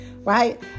right